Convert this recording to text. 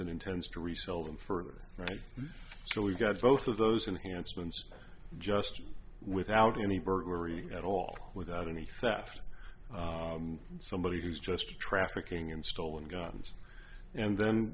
and intends to resell them for it so we've got both of those enhanced ones just without any burglary at all without any theft somebody who's just trafficking in stolen guns and then